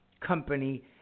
company